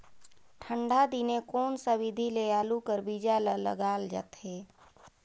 ठंडा दिने कोन सा विधि ले आलू कर बीजा ल लगाल जाथे?